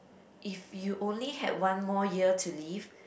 if you only had one more year to live